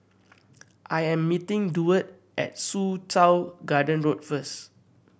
I am meeting Duard at Soo Chow Garden Road first